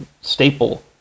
staple